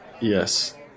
Yes